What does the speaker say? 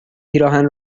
پیراهن